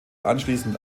anschließend